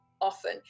often